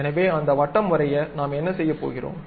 எனவே அந்த வட்டம் வரைய நாம் என்ன செய்யப் போகிறோம்